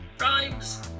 rhymes